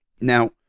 Now